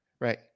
Right